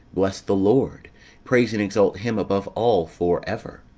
bless the lord praise and exalt him above all for ever.